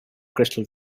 crystal